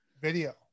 video